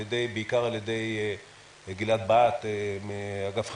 בעיקר על ידי גלעד בהט מאגף החקירות,